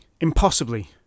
impossibly